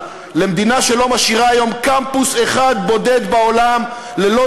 למדינה שלא משאירה היום קמפוס אחד בודד בעולם ללא